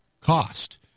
cost